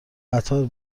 قطار